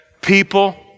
People